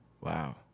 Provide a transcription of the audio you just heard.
wow